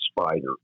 spider